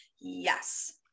yes